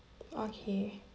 okay